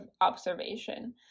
observation